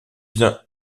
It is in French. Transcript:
bien